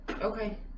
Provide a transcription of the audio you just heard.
Okay